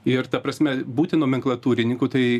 ir ta prasme būti nomenklatūrininku tai